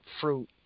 fruit